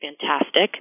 fantastic